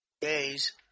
days